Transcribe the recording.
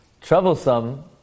troublesome